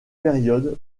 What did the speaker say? période